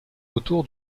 autour